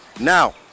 now